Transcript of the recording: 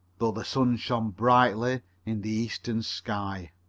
though the sun shone brightly in the eastern sky.